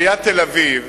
עיריית תל-אביב